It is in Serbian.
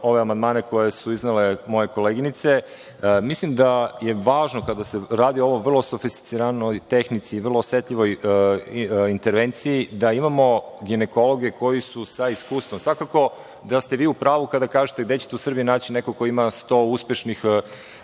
ove amandmane koje su iznele moje koleginice. Mislim, da je važno kada se radi o ovoj vrlo sofisticiranoj tehnici, vrlo osetljivoj intervenciji da imamo ginekologe koji su sa iskustvom. Svakako, da ste vi u pravu kada kažete gde ćete u Srbiji naći nekog koji ima 100 uspešnih,